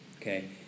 Okay